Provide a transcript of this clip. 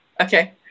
Okay